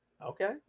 Okay